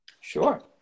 Sure